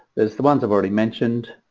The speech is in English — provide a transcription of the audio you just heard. there's the ones i've already mentioned.